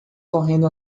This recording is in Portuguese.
correndo